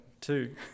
Two